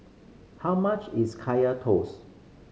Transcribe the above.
how much is Kaya Toast